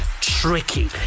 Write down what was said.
Tricky